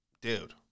dude